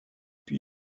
puis